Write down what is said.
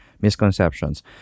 misconceptions